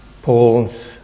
Paul's